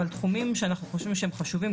אבל תחומים שאנחנו חושבים שהם חשובים,